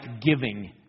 giving